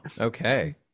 Okay